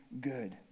good